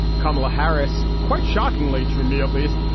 kamala harris, quite shockingly to me at least,